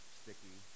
sticky